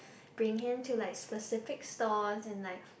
bring him to like specific stores and like